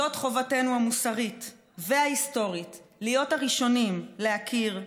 זאת חובתנו המוסרית וההיסטורית להיות הראשונים להכיר,